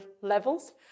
levels